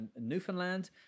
Newfoundland